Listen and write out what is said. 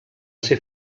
ser